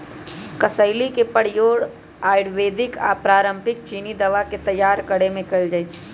कसेली के प्रयोग आयुर्वेदिक आऽ पारंपरिक चीनी दवा के तइयार करेमे कएल जाइ छइ